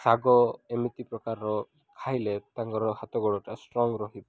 ଶାଗ ଏମିତି ପ୍ରକାରର ଖାଇଲେ ତାଙ୍କର ହାତ ଗୋଡ଼ଟା ଷ୍ଟ୍ରଙ୍ଗ୍ ରହିବ